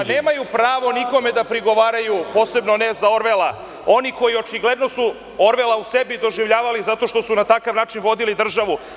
Nemaju pravo nikome da prigovaraju, posebno ne za Orvela, oni koji su očigledno Orvela u sebi doživljavali zato što su na takav način vodili državu…